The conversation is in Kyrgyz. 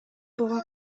буга